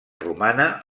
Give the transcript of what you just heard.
romana